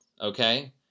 Okay